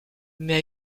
mais